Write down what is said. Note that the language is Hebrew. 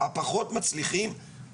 הפחות מצליחים,